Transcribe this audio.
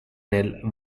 nel